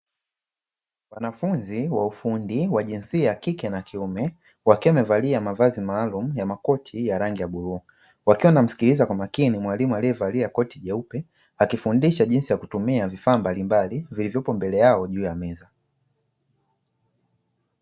Wanafunzi wa ufundi wa jinsia ya kike na kiume, wakiwa wamevalia mavazi maalumu ya makoti ya rangi ya bluu, wakiwa wanamsikiliza kwa makini mwalimu aliyevalia koti jeupe akifundisha jinsi ya kutumia vifaa mbalimbali vilivyopo mbele yao juu ya meza.